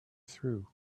through